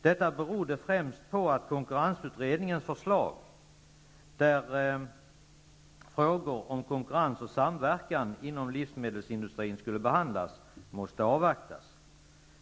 Detta berodde främst på att konkurrensutredningens förslag -- där frågor om konkurrens och samverkan inom livsmedelsindustrin skulle behandlas -- måste avvaktas.